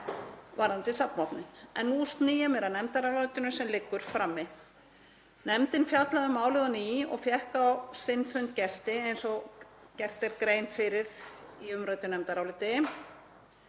varðandi safnvopnin. Nú sný ég mér að nefndarálitinu sem liggur frammi. Nefndin fjallaði um málið á ný og fékk á sinn fund gesti eins og gert er grein fyrir í umræddu nefndaráliti.